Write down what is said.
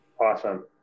Awesome